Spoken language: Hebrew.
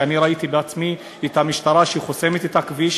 ואני ראיתי בעצמי את המשטרה חוסמת את הכביש